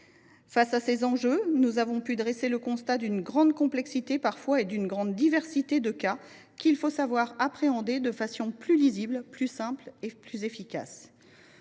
inégales. Nous avons ainsi pu dresser le constat d’une grande complexité, parfois, et d’une grande diversité de cas, qu’il faut savoir appréhender de façon plus lisible, plus simple et plus efficace.